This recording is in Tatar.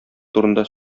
турында